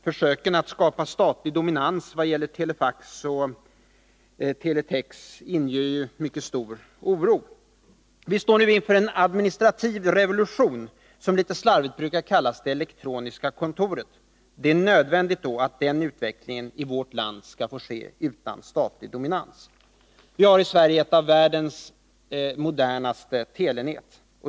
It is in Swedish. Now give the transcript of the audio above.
Försöken att skapa statlig dominans vad gäller telefax och teletex inger ju mycket stor oro. Visstår nu inför en administrativ revolution, som litet slarvigt brukar kallas för det elektroniska kontoret. Det är då nödvändigt att den utvecklingen i vårt land får ske utan statlig dominans. Vi har i Sverige ett av världens modernaste telenät.